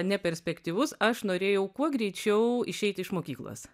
neperspektyvus aš norėjau kuo greičiau išeiti iš mokyklos